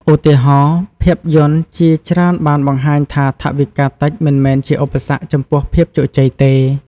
ឧទាហរណ៍ ភាពយន្តជាច្រើនបានបង្ហាញថាថវិកាតិចមិនមែនជាឧបសគ្គចំពោះភាពជោគជ័យទេ។